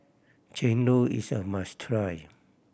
chendol is a must try